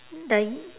the